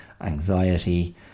anxiety